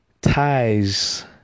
ties